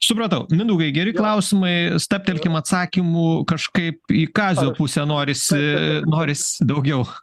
supratau mindaugai geri klausimai stabtelkim atsakymų kažkaip į kazio pusę norisi noris daugiau